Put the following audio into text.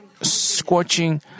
scorching